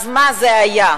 אז מה זה היה?